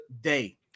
day